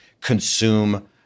consume-